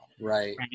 right